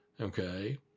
Okay